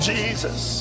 Jesus